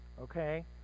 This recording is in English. Okay